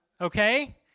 okay